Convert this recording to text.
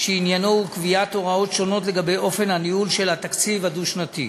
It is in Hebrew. שעניינו הוא קביעת הוראות שונות לגבי אופן הניהול של התקציב הדו-שנתי.